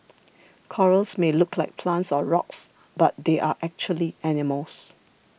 corals may look like plants or rocks but they are actually animals